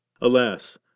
alas